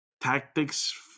tactics